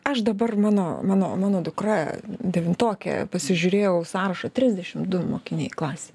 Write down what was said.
aš dabar mano mano mano dukra devintokė pasižiūrėjau sąrašą trisdešim du mokiniai klasėj